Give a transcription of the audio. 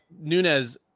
Nunez